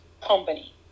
company